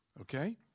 Okay